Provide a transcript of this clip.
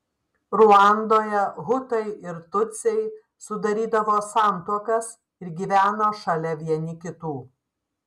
ruandoje hutai ir tutsiai sudarydavo santuokas ir gyveno šalia vieni kitų